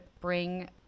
bring